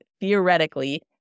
theoretically